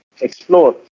explore